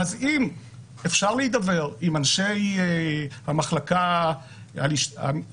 אם אפשר להידבר עם אנשי המחלקה לסיוע